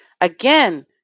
Again